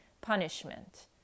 punishment